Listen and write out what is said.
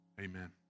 Amen